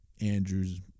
Andrew's